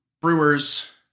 Brewers